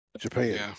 japan